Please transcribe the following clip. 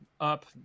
up